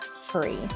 free